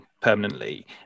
permanently